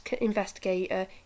investigator